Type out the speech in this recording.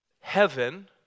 heaven